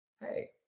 Hey